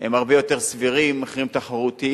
הם הרבה יותר סבירים, מחירים תחרותיים,